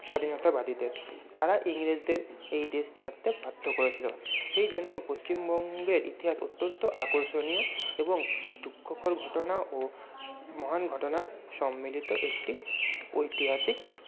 স্বাধীনতাবাদীদের তারা ইংরেজদের এই দেশ ছাড়তে বাধ্য করেছিলো সেই জন্য পশ্চিমবঙ্গের ইতিহাস অত্যন্ত আকর্ষণীয় এবং দুঃখকর ঘটনা ও মহান ঘটনার সম্মিলিত একটি ঐতিহাসিক